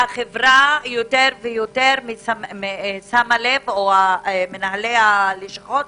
והחברה יותר ויותר שמה לב, או מנהלי הלשכות,